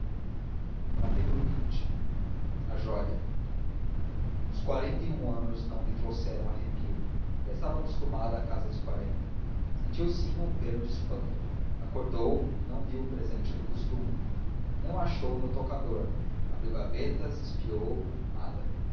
fortuna xx a joia os quarenta e um anos não lhe trouxeram arrepio já estava acostumada à casa dos quarenta sentiu sim um grande espanto acordou e não viu o presente do costume a surpresa do